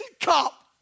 cop